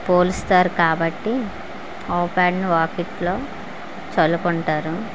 పోలుస్తారు కాబట్టి ఆవుపేడను వాకిట్లో చల్లుకుంటారు